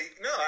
no